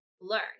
learn